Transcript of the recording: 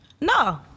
No